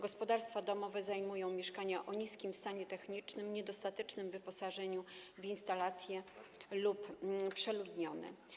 Gospodarstwa domowe zajmują mieszkania o niskim stanie technicznym, niedostatecznie wyposażone w instalacje lub mieszkania przeludnione.